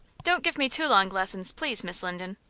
don't give me too long lessons, please, miss linden.